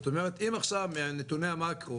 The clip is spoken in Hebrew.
אם עכשיו מנתוני המאקרו,